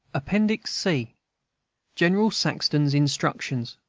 appendix c general saxton's instructions